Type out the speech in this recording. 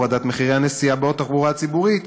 הורדת מחירי הנסיעה בתחבורה הציבורית,